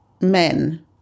men